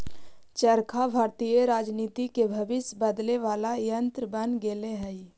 चरखा भारतीय राजनीति के भविष्य बदले वाला यन्त्र बन गेले हई